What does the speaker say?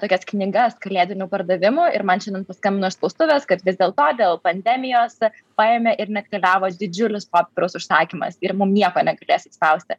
tokias knygas kalėdinių pardavimų ir man šiandien paskambino iš spaustuvės kad vis dėlto dėl pandemijos paėmė ir neatkeliavo didžiulis popieriaus užsakymas ir mum nieko negalės atspausti